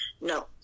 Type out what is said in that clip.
No